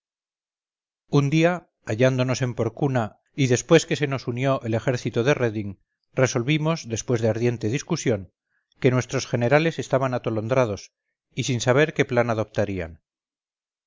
un día hallándonos en porcuna y después que se nos unió el ejército de reding resolvimos después de ardiente discusión que nuestros generales estaban atolondrados y sin saber qué plan adoptarían